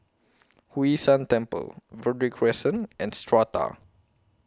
Hwee San Temple Verde Crescent and Strata